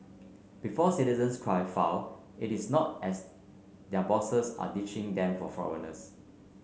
before citizens cry foul it is not as their bosses are ditching them for foreigners